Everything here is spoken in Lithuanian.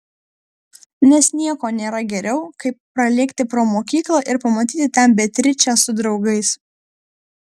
nes nieko nėra geriau kaip pralėkti pro mokyklą ir pamatyti ten beatričę su draugais